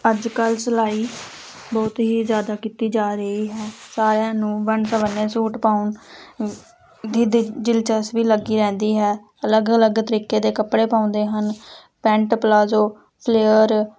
ਅੱਜ ਕੱਲ੍ਹ ਸਿਲਾਈ ਬਹੁਤ ਹੀ ਜ਼ਿਆਦਾ ਕੀਤੀ ਜਾ ਰਹੀ ਹੈ ਸਾਰਿਆਂ ਨੂੰ ਵੰਨ ਸੁਵੰਨੇ ਵਾਲੇ ਸੂਟ ਪਾਉਣ ਦੀ ਦਿਲ ਦਿਲਚਸਪੀ ਲੱਗੀ ਰਹਿੰਦੀ ਹੈ ਅਲੱਗ ਅਲੱਗ ਤਰੀਕੇ ਦੇ ਕੱਪੜੇ ਪਾਉਂਦੇ ਹਨ ਪੈਂਟ ਪਲਾਜੋ ਫਲੇਅਰ